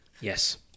Yes